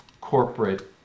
corporate